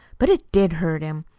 but it did hurt him.